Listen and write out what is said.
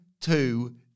two